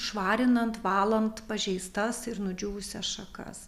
švarinant valant pažeistas ir nudžiūvusias šakas